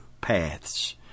paths